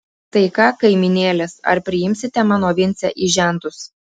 tai ką kaimynėlės ar priimsite mano vincę į žentus